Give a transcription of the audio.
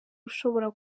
ushobora